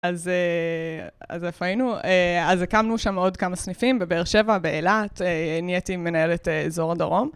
אז איפה היינו? אז הקמנו שם עוד כמה סניפים, בבאר שבע, באילת, נהייתי מנהלת אזור הדרום.